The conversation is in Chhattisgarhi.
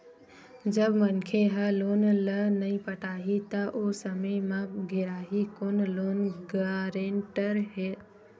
जब मनखे ह लोन ल नइ पटाही त ओ समे म घेराही कोन लोन गारेंटर ह